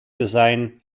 design